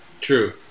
True